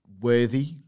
worthy